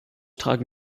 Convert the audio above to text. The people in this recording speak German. tragen